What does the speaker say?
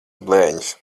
blēņas